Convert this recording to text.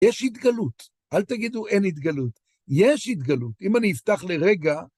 יש התגלות, אל תגידו אין התגלות, יש התגלות. אם אני אפתח לרגע...